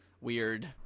weird